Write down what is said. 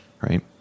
Right